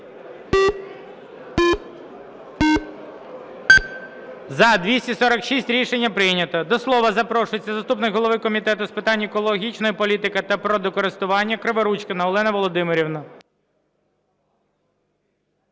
За-246 Рішення прийнято. До слова запрошується заступник голови Комітету з питань екологічної політики та природокористування Криворучкіна Олена Володимирівна.